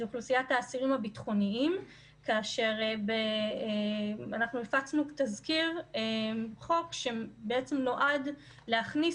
אוכלוסיית האסירים הביטחוניים כאשר אנחנו הפצנו תזכיר חוק שנועד להכניס